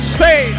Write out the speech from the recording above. Stay